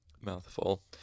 Mouthful